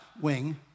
wing